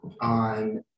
on